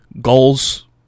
goals